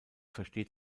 versteht